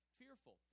fearful